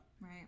Right